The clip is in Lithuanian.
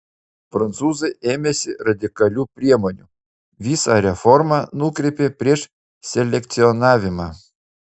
prancūzai ėmėsi radikalių priemonių visą reformą nukreipė prieš selekcionavimą